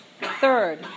Third